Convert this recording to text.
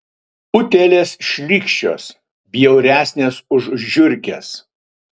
utėlės šlykščios bjauresnės už žiurkes